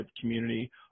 community